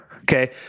Okay